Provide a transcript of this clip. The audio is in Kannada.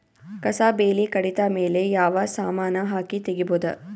ಕಸಾ ಬೇಲಿ ಕಡಿತ ಮೇಲೆ ಯಾವ ಸಮಾನ ಹಾಕಿ ತಗಿಬೊದ?